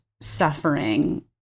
suffering